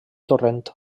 torrent